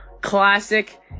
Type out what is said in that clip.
classic